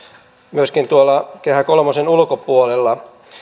myöskin tuolla kehä kolmosen ulkopuolella